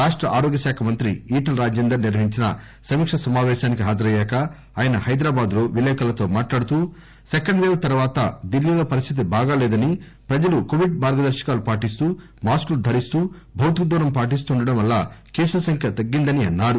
రాష్ట ఆరోగ్యశాఖ మంత్రి ఈటల రాజేందర్ నిర్వహించిన సమీకా సమాపేశానికి హాజరయ్యాక ఆయన హైదరాబాద్ లో విలేకర్ణతో మాట్లాడుతూ సెంకడ్ పేవ్ తర్వాత ఢిల్లీలో పరిస్థితి బాగలేదని రాష్టంలో ప్రజలు కోవిడ్ మార్గదర్శకాలు పాటిస్తూ మాస్కులు ధరిస్తూ భౌతిక దూరం పాటిస్తూ ఉండడం వల్ల కేసుల సంఖ్య తగ్గిందన్నారు